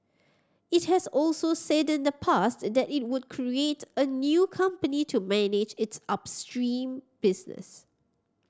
it has also said in the past that it would create a new company to manage its upstream business